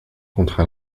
contre